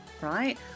right